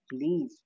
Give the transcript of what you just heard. Please